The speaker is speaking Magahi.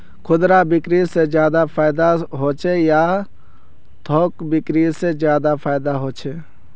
खुदरा बिक्री से ज्यादा फायदा होचे या थोक बिक्री से ज्यादा फायदा छे?